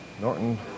Norton